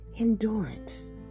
endurance